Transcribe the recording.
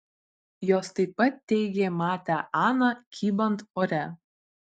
jos taip pat teigė matę aną kybant ore